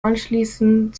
anschließend